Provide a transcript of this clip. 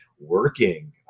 working